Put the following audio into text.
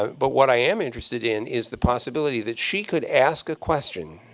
but what i am interested in is the possibility that she could ask a question,